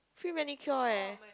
free manicure eh